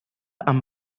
amb